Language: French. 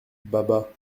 baba